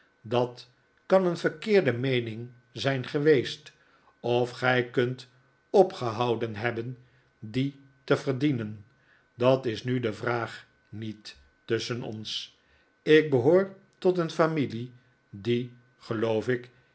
dat kan een verkeerde meening zijn geweest of gij kunt opgehouden hebben die te verdienen dat is nu de vraag niet tusschen ons ik behoor tot een familie die geloof ik